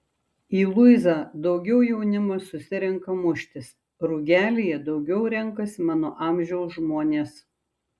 į luizą daugiau jaunimas susirenka muštis rugelyje daugiau renkasi mano amžiaus žmonės